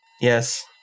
Yes